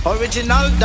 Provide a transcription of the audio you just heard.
Original